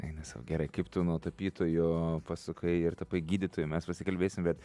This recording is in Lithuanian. eina sau gerai kaip tu nuo tapytojo pasukai ir tapai gydytoju mes pasikalbėsim bet